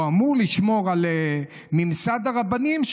שאמור לשמור על ממסד הרבנים,